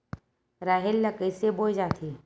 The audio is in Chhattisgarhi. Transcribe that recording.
राहेर ल कइसे बोय जाथे?